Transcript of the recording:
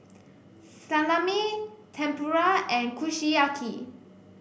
Salami Tempura and Kushiyaki